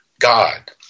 God